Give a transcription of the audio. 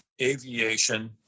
Aviation